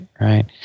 Right